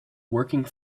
working